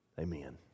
Amen